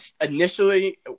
initially